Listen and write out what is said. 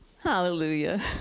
Hallelujah